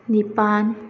ꯅꯤꯄꯥꯜ